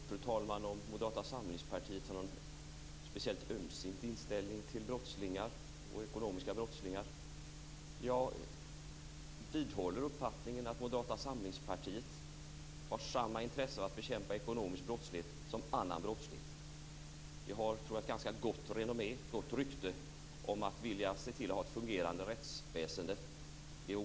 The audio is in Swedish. Fru talman! Jag vet inte om Moderata samlingspartiet har någon speciellt ömsint inställning till ekonomiska brottslingar. Jag vidhåller uppfattningen att Moderata samlingspartiet har samma intresse av att bekämpa ekonomisk brottslighet som att bekämpa annan brottslighet. Vi har ett ganska gott rykte om att vilja se till att det finns ett fungerande rättsväsende.